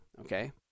okay